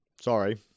Sorry